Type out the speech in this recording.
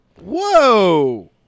Whoa